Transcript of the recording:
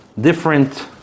different